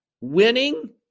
Winning